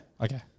okay